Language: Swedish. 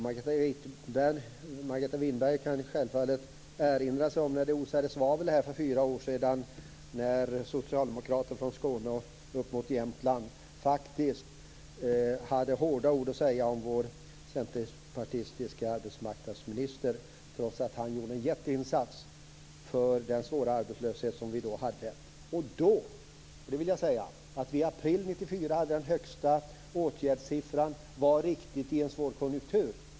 Margareta Winberg kan självfallet erinra sig när det osade svavel här för fyra år sedan när socialdemokrater från Skåne och Jämtland faktiskt hade hårda ord att säga om vår centerpartistiska arbetsmarknadsminister, trots att han gjorde en jätteinsats i den svåra arbetslöshet som vi då hade. I april 1994 hade vi den högsta åtgärdssiffran. Det var riktigt i en svår konjunktur.